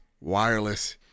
wireless